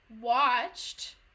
watched